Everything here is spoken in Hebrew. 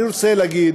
אני רוצה להגיד